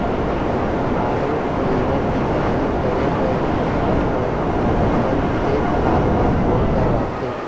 बारो महिना किसानी करे बर किसान मन अपन खेत खार म बोर करवाथे